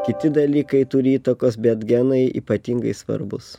kiti dalykai turi įtakos bet genai ypatingai svarbūs